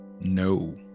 no